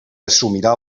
assumirà